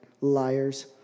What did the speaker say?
Liars